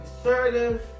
Assertive